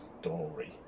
story